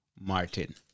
Martin